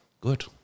good